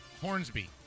Hornsby